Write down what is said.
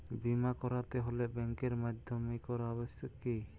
বিমা করাতে হলে ব্যাঙ্কের মাধ্যমে করা আবশ্যিক কি?